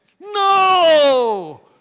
No